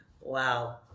Wow